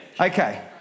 Okay